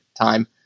time